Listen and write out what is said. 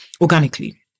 organically